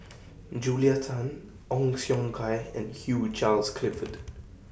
Julia Tan Ong Siong Kai and Hugh Charles Clifford